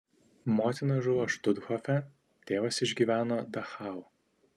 motina žuvo štuthofe tėvas išgyveno dachau